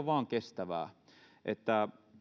vain ole kestävää